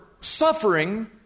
suffering